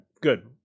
Good